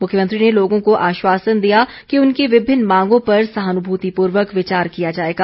मुख्यमंत्री ने लोगों को आश्वासन दिया कि उनकी विभिन्न मांगों पर सहानुभूतिपूर्वक विचार किया जाएगा